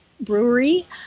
brewery